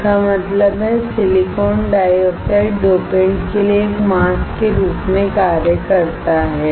इसका मतलब है सिलिकॉन डाइऑक्साइड डोपेंट के लिए एक मास्क के रूप में कार्य करता है